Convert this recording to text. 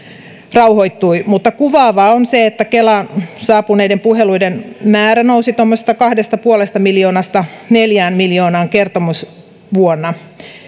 rauhoittui mutta kuvaavaa on se että kelaan saapuneiden puheluiden määrä nousi tuommoisesta kahdesta pilkku viidestä miljoonasta neljään miljoonaan kertomusvuonna